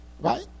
Right